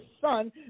son